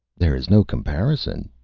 there is no comparison,